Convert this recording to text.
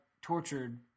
tortured